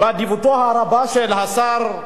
באדיבותו הרבה של השר,